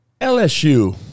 LSU